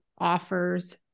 offers